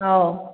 ꯑꯧ